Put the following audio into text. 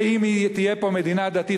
ואם תהיה פה מדינה דתית,